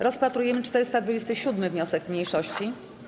Rozpatrujemy 427. wniosek mniejszości.